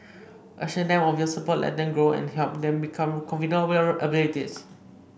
assure them of your support let them grow and help them become confident about their abilities